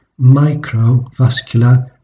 microvascular